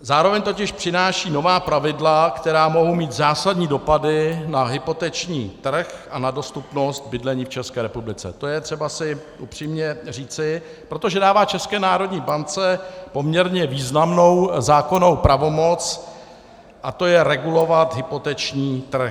Zároveň totiž přináší nová pravidla, která mohou mít zásadní dopady na hypoteční trh a na dostupnost bydlení v České republice, to je třeba si upřímně říci, protože dává České národní bance poměrně významnou zákonnou pravomoc, a to je regulovat hypoteční trh.